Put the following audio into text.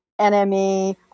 NME